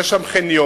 יהיה שם חניון,